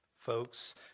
folks